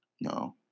No